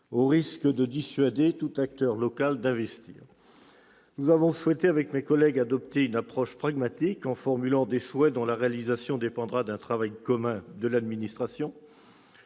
au risque de dissuader les acteurs locaux d'investir. Mes collègues et moi-même avons souhaité adopter une approche pragmatique, en formulant des souhaits dont la réalisation dépendra d'un travail commun de l'administration,